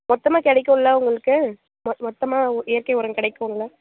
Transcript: மொத்தமாக கிடைக்கும்ல உங்களுக்கு மொ மொத்தமாக இயற்கை உரம் கிடைக்கும்ல